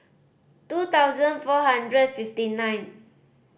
two thousand four hundred fifty nine